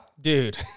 dude